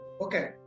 Okay